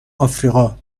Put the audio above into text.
افریقا